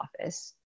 office